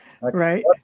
Right